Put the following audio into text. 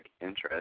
interest